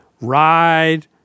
ride